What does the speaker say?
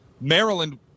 maryland